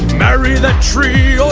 marry that tree, or